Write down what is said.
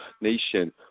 Nation